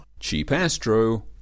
cheapastro